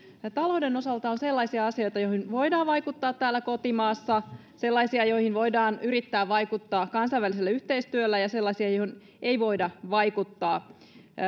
talouden osalta on sellaisia asioita joihin voidaan vaikuttaa täällä kotimaassa sellaisia joihin voidaan yrittää vaikuttaa kansainvälisellä yhteistyöllä ja sellaisia joihin ei voida vaikuttaa